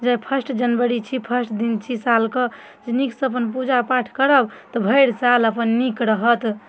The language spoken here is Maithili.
जे फर्स्ट जनवरी छी फर्स्ट दिन छी साल कऽ नीकसँ अपन पूजापाठ करब तऽ भरि साल अपन नीक रहत